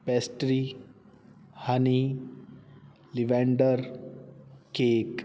pastry honey lavender cake